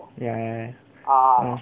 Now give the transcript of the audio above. ya ya